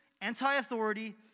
anti-authority